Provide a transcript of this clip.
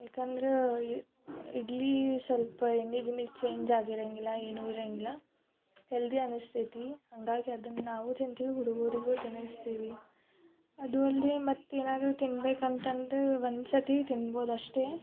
ಯಾಕಂದರೆ ಇಡ್ಲಿ ಸ್ವಲ್ಪ ಎಣ್ಣೆ ಗಿಣ್ಣೆ ಚೇಂಜ್ ಆಗಿರೋಂಗಿಲ್ಲ ಏನೂ ಇರೋಂಗಿಲ್ಲ ಹೆಲ್ದಿ ಅನಿಸ್ತೈತಿ ಹಾಗಾಗಿ ಅದನ್ನು ನಾವೂ ತಿಂತೀವಿ ಹುಡುಗರಿಗೂ ತಿನ್ನಿಸ್ತೀವಿ ಅದೂ ಅಲ್ಲದೆ ಮತ್ತೇನಾದರೂ ತಿನ್ನಬೇಕಂತಂದು ಒಂದು ಸರ್ತಿ ತಿನ್ಬೋದು ಅಷ್ಟೇ